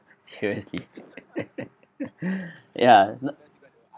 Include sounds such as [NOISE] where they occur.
seriously [LAUGHS] ya it's not